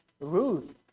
Ruth